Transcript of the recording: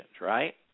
right